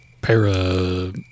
para